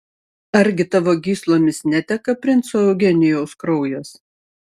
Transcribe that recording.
argi tavo gyslomis neteka princo eugenijaus kraujas